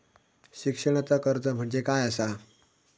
शिक्षणाचा कर्ज म्हणजे काय असा?